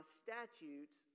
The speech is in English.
statutes